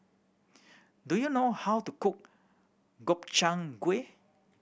do you know how to cook Gobchang Gui